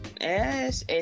Yes